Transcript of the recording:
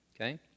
Okay